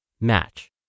match